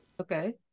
Okay